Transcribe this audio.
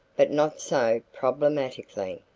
but not so problematically.